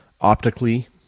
optically